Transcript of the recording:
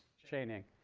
chaining?